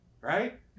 Right